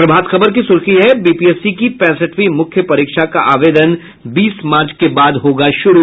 प्रभात खबर की सुर्खी है बीपीएससी की पैंसठवीं मुख्य परीक्षा का आवेदन बीस मार्च के बाद होगा शुरू